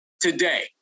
today